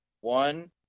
one